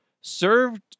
served